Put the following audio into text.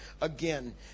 Again